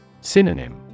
Synonym